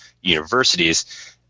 universities